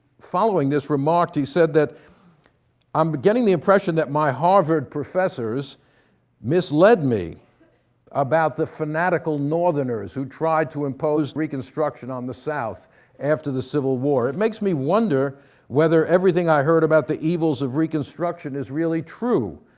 following this, remarked he said that i'm but getting the impression that my harvard professors misled me about the fanatical northerners who tried to impose reconstruction on the south after the civil war. it makes me wonder whether everything i heard about the evils of reconstruction is really true.